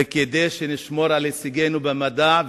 וכדי שנשמור על הישגינו במדע,